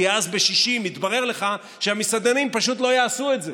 כי אז בשישי מתברר לך שהמסעדנים פשוט לא יעשו את זה,